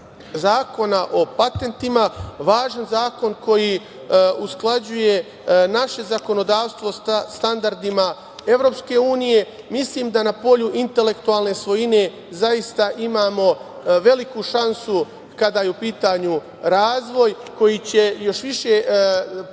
Zakona o patentima, važan zakon koji usklađuje naše zakonodavstvo sa standardima EU. Mislim da na polju intelektualne svojine zaista imamo veliku šansu kada je u pitanju razvoj koji će još više puhnuti